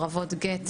להתחבר עם הטבע,